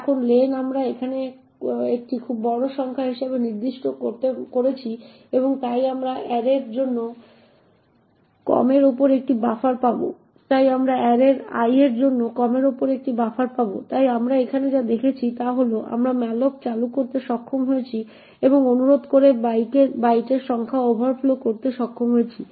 এখন লেন আমরা একটি খুব বড় সংখ্যা হিসাবে নির্দিষ্ট করেছি এবং তাই আমরা অ্যারের i এর জন্য কমের উপরে একটি বাফার পাব তাই আমরা এখানে যা দেখছি তা হল আমরা malloc চালু করতে সক্ষম হয়েছি এবং অনুরোধ করা বাইটের সংখ্যা ওভারফ্লো করতে সক্ষম হয়েছি